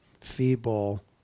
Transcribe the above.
feeble